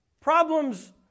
Problems